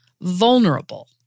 vulnerable